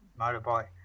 motorbike